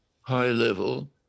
high-level